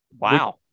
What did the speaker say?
wow